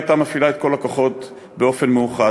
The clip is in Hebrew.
הייתה מפעילה את כל הכוחות באופן מאוחד.